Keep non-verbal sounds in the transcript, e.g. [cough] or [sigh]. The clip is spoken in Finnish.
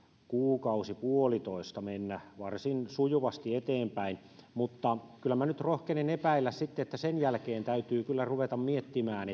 kuukausi puolitoista mennä varsin sujuvasti eteenpäin mutta kyllä minä nyt rohkenen epäillä sitten että sen jälkeen täytyy kyllä ruveta miettimään [unintelligible]